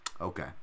Okay